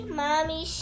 mommy